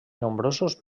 nombrosos